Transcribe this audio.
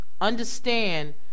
understand